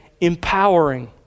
empowering